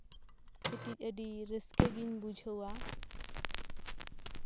ᱠᱟᱹᱴᱤᱪ ᱟᱹᱰᱤ ᱨᱟᱹᱥᱠᱟᱹ ᱜᱤᱧ ᱵᱩᱡᱷᱟᱹᱣᱟ